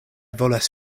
volas